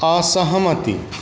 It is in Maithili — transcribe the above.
असहमति